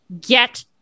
get